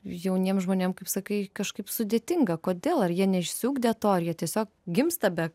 jauniem žmonėm kaip sakai kažkaip sudėtinga kodėl ar jie neišsiugdę to ar jie tiesiog gimsta be